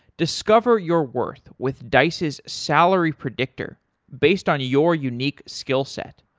discover your worth with dice's salary predictor based on your unique skillset.